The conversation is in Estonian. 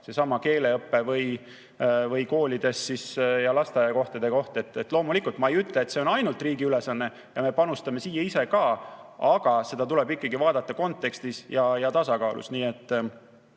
seesama keeleõpe või kooli- ja lasteaiakoht. Loomulikult ma ei ütle, et see on ainult riigi ülesanne, me panustame siia ise ka, aga seda tuleb ikkagi vaadata kontekstis ja tasakaalus. See